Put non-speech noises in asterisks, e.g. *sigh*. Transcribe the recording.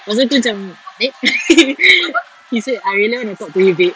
lepas tu aku macam eh *laughs* he said I really want to talk to you babe